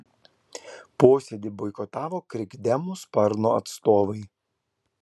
posėdį boikotavo krikdemų sparno atstovai